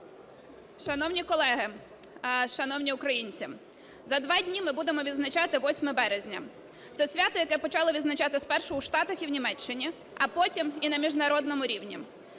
Шановні колеги, шановні українці! За два дні ми будемо відзначати 8 березня. Це свято, яке почали визначати спершу у Штатах і в Німеччині, а потім і на міжнародному рівні.